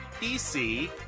PC